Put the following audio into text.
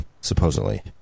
Supposedly